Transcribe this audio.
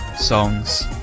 songs